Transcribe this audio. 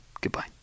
Goodbye